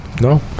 no